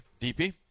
DP